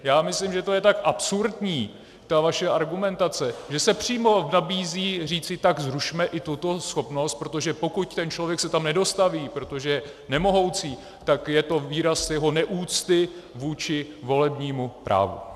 Já myslím, že to je tak absurdní, ta vaše argumentace, že se přímo nabízí říci: tak zrušme i tuto schopnost, protože pokud ten člověk se tam nedostaví, protože je nemohoucí, tak je to výraz jeho neúcty vůči volebnímu právu.